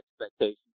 expectations